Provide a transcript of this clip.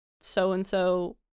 so-and-so